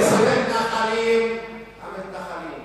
המתנחלים